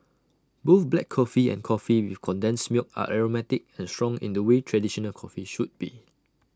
both black coffee and coffee with condensed milk are aromatic and strong in the way traditional coffee should be